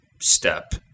step